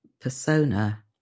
persona